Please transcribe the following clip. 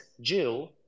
Jill